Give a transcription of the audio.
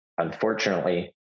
Unfortunately